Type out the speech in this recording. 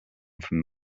from